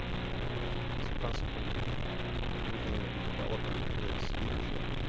and so consequently everything that we developed under his leadership